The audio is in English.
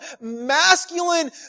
masculine